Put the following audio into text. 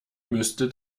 müsste